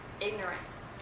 ignorance